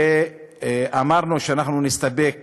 ואמרנו שאנחנו נסתפק